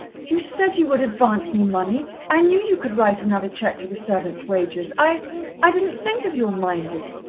you said you would advance me money i knew you could write another cheque for the servants' wages. i i didn't think of your minding.